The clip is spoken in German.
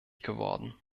geworden